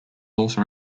also